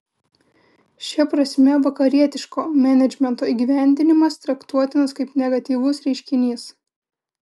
šia prasme vakarietiško menedžmento įgyvendinimas traktuotinas kaip negatyvus reiškinys